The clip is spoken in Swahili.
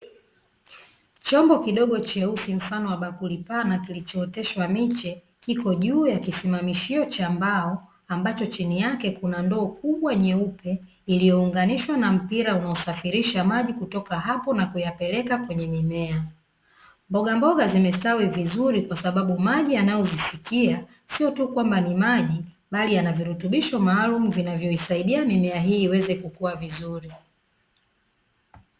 Chombo kidogo cheusi mfano wa bakuli pana kilicho oteshwa miche kipo juu cha kisimamishio cha ambapo chini yake kuna ndoo kubwa yeupe iliyo unganishwa na mpira ulio sambaa safirisha maji kutoka hapo na kuyapeleka kwenye mimea. Mbogamboga zimestawi vizuri kwasababu maji yanayo zifikia sio kwamba tu ni maji bali yanavirutubisho maalumu vinavyo saidia mimea hii iweze kukua vizuri.